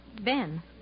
Ben